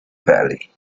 valley